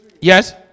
Yes